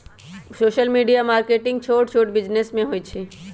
social media marketing छोट मोट business में होई छई